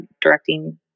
directing